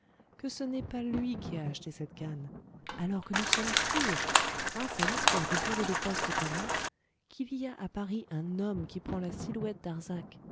que ce n'est pas lui qui a acheté cette canne alors que nous sommes sûrs grâce à l'histoire du bureau de poste quil y a à paris un homme qui prend la silhouette darzac